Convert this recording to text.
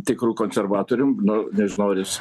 tikru konservatorium nu nežinau ar jis